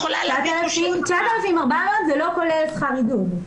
זה לא כולל שכר עידוד.